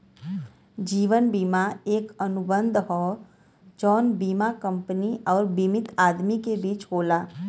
जीवन बीमा एक अनुबंध हौ जौन बीमा कंपनी आउर बीमित आदमी के बीच होला